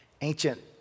ancient